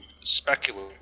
speculate